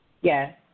Yes